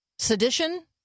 Sedition